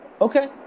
Okay